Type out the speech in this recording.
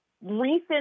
Recent